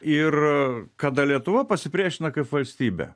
ir kada lietuva pasipriešino kaip valstybė